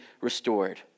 restored